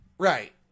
Right